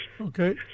Okay